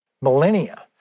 millennia